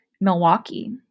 Milwaukee